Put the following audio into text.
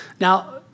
Now